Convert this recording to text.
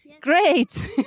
Great